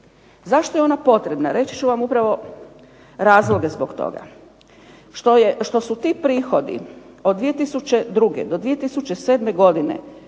Zašto je ona potrebna? Reći ću vam upravo razloge zbog toga. Što su ti prihodi od 2002. do 2007. godine